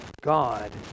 God